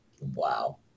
Wow